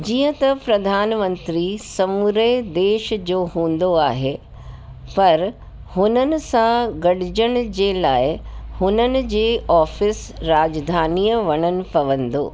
जीअं त प्रधानमंत्री समूरए देश जो हूंदो आहे पर हुननि सां गॾजनि जे लाइ हुननि जे ऑफिस राजधानीअ वञनि पवंदो